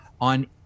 on